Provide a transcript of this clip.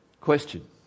Question